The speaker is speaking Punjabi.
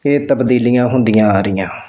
ਇਹ ਤਬਦੀਲੀਆਂ ਹੁੰਦੀਆਂ ਆ ਰਹੀਆਂ